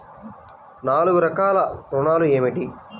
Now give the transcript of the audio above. నాలుగు రకాల ఋణాలు ఏమిటీ?